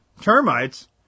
termites